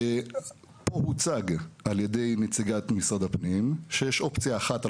פה הוצג על ידי נציגת משרד הפנים שיש אופציה אחת על